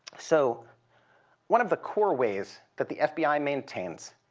so one of the core ways that the fbi maintains